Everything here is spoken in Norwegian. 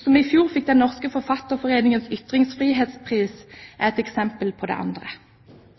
som i fjor fikk Den norske Forfatterforenings ytringsfrihetspris, er et eksempel på det andre.